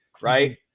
Right